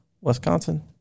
Wisconsin